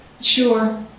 sure